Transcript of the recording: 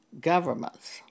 governments